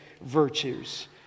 virtues